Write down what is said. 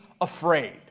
afraid